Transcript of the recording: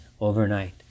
overnight